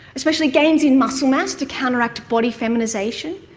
especially gains in muscle mass to counteract body feminisation,